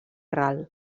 ral